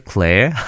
Claire